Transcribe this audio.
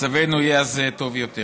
מצבנו יהיה אז טוב ביותר.